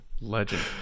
legend